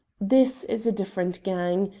this is a different gang.